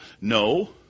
no